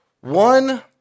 one